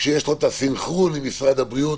כשיש לו את הסנכרון עם משרד הבריאות,